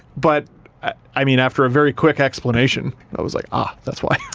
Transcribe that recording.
but i mean after a very quick explanation i was like, ah, that's why.